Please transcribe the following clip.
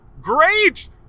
Great